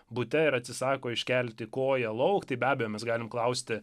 bute ir atsisako iškelti koją lauk tai be abejo mes galim klausti